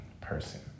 person